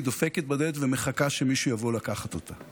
דופקת בדלת ומחכה שמישהו יבוא לקחת אותה,